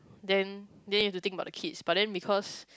then then you have to think about the kids but then because